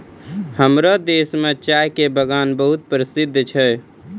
हमरो देश मॅ चाय के बागान बहुत प्रसिद्ध छै